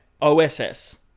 OSS